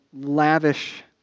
lavish